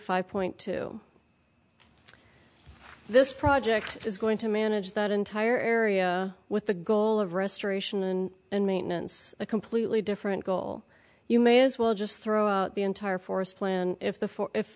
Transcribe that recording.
five point too this project is going to manage that entire area with the goal of restoration and maintenance a completely different goal you may as well just throw out the entire forest plan if the